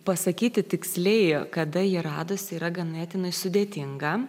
pasakyti tiksliai kada ji radosi yra ganėtinai sudėtinga